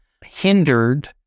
hindered